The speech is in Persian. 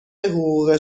حقوق